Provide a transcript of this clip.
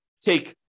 take